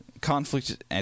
conflict